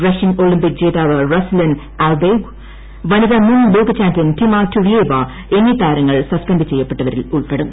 Russian Olympic ജേതാവ് Ruslan Albegov വനിത്ര്മുൻ ലോക ചാമ്പ്യൻ ടിമാ ടുരിയേവാ എന്നീ താരങ്ങൾ സസ്പെന്റ് ചെയ്യപ്പെട്ടിട്ടിരിൽ ഉൾപ്പെടും